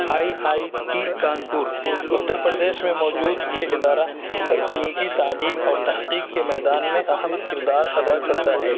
I I T Kanpur Uttar Pradesh میں موجود یہ ادارہ تکنیکی تعلیم اور تحقیق کے میدان میں اہم کردار ادا کرتا ہے